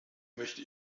möchte